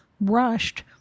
rushed